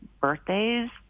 birthdays